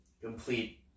complete